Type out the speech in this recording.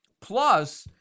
Plus-